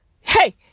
hey